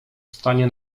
stanie